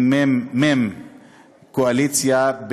ממ"מ יו"ר הקואליציה,